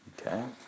Okay